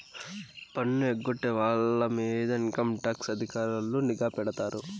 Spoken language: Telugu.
పన్ను ఎగ్గొట్టే వాళ్ళ మీద ఇన్కంటాక్స్ అధికారులు నిఘా పెడతారు